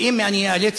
ואם אני איאלץ,